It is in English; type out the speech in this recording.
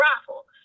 raffle